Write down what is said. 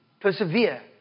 Persevere